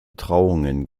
trauungen